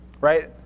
Right